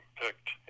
picked